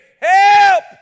Help